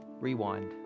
Rewind